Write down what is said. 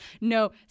no